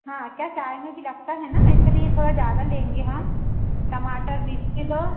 हाँ क्या चाय में भी लगता है ना इसीलिए थोड़ा ज़्यादा लेंगे हम टमाटर बीस किलो